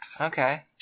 Okay